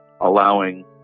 allowing